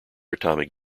atomic